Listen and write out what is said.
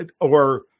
or-